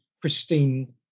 pristine